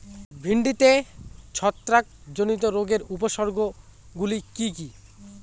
ভিন্ডিতে ছত্রাক জনিত রোগের উপসর্গ গুলি কি কী?